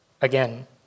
Again